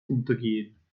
untergehen